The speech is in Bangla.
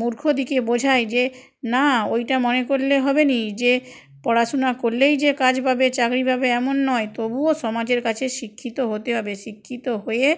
মূর্খদেরকে বোঝায় যে না ওইটা মনে করলে হবে না যে পড়াশুনা করলেই যে কাজ পাবে চাকরি পাবে এমন নয় তবুও সমাজের কাছে শিক্ষিত হতে হবে শিক্ষিত হয়ে